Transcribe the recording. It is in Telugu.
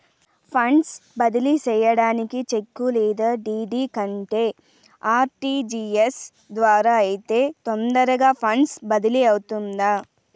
ఫండ్స్ బదిలీ సేయడానికి చెక్కు లేదా డీ.డీ కంటే ఆర్.టి.జి.ఎస్ ద్వారా అయితే తొందరగా ఫండ్స్ బదిలీ అవుతుందా